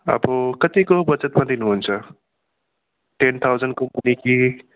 अब कतिको बजेटमा दिनुहुन्छ टेन थाउजनको दिने कि